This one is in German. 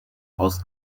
aus